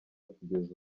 kugeza